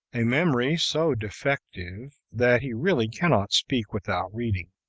a memory so defective that he really cannot speak without reading.